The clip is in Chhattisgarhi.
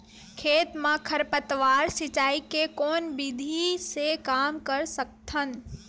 खेत म खरपतवार सिंचाई के कोन विधि से कम कर सकथन?